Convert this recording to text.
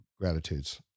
gratitudes